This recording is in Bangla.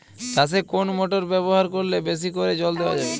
চাষে কোন মোটর ব্যবহার করলে বেশী করে জল দেওয়া যাবে?